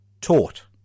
taught